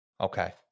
Okay